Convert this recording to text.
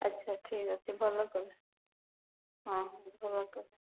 ଆଚ୍ଛା ଠିକ୍ ଅଛି ଭଲ କଲେ ହଁ ଭଲ କଲେ